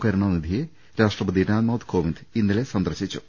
കരുണാനി ധിയെ രാഷ്ട്രപതി രാംനാഥ് കോവിന്ദ് ഇന്നലെ സന്ദർശിച്ചു